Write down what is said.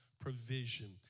provision